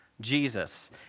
Jesus